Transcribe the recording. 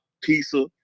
pizza